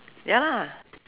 ya lah